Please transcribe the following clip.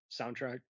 soundtrack